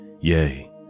Yea